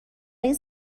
این